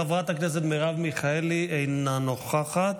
חברת הכנסת מרב מיכאלי, אינה נוכחת.